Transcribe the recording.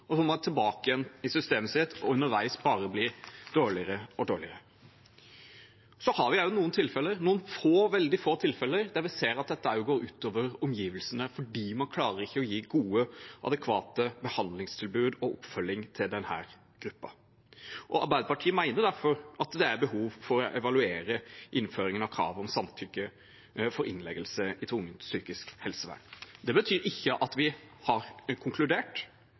og må tilbake i systemet, og underveis bare blir dårligere og dårligere. Vi har også noen tilfeller, noen veldig få tilfeller, der vi ser at dette også går ut over omgivelsene, fordi man ikke klarer å gi gode, adekvate behandlingstilbud og oppfølging til denne gruppen. Arbeiderpartiet mener derfor at det er behov for å evaluere innføringen av krav om samtykke for innleggelse i tvungent psykisk helsevern. Det betyr ikke at vi har konkludert.